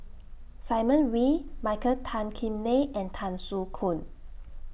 Simon Wee Michael Tan Kim Nei and Tan Soo Khoon